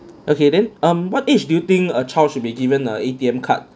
okay then um what age do you think a child should be given a A_T_M card